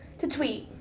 to tweet.